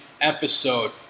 episode